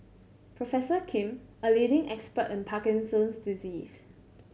Professor Kim a leading expert in Parkinson's disease